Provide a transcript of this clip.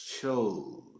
chose